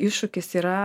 iššūkis yra